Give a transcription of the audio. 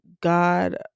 god